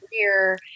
career